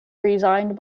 resigned